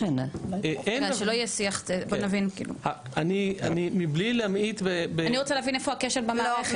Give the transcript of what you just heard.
אני רוצה להבין איפה הכשל במערכת.